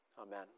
Amen